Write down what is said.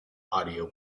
audio